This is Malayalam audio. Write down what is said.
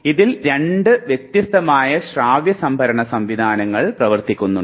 ഇതിൽ രണ്ട് വ്യത്യസ്തമായ ശ്രാവ്യ സംഭരണ സംവിധാനങ്ങൾ പ്രവർത്തിക്കുന്നുണ്ട്